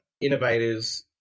innovators